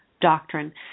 doctrine